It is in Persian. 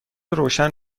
روشن